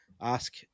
ask